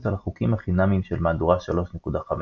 על החוקים החינמיים של מהדורה 3.5,